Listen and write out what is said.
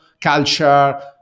culture